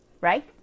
Right